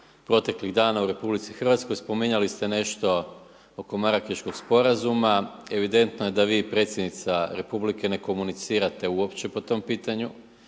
proteklih dana u RH spominjali ste nešto oko Marakeškog sporazuma, evidentno je da vi i predsjednica republike ne komunicirate uopće po tom pitanju,